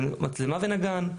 שרוצים מצלמה ונגן,